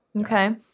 Okay